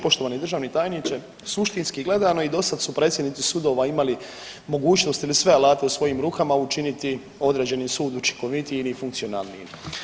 Poštovani državni tajniče, suštinski gledano i dosad su predsjednici sudova imali mogućnost ili sve alate u svojim rukama učiniti određeni sud učinkovitiji ili funkcionalnijim.